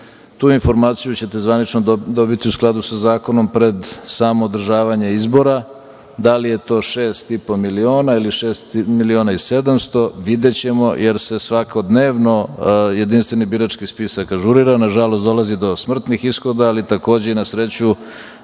Tu informaciju ćete zvanično dobiti u skladu sa zakonom pred samo održavanje izbora, da li je to 6.500.000 ili 6.700.000, videćemo jer se svakodnevno jedinstveni birački spisak ažurira. Nažalost, dolazi do smrtnih ishoda, ali takođe, i na sreću